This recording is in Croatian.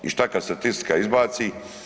I što kad statistika izbaci?